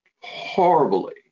horribly